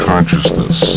Consciousness